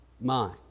mind